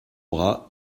bras